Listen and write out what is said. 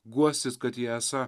guostis kad jie esą